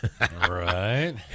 Right